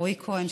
ורועי כהן,